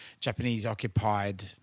Japanese-occupied